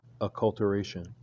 Acculturation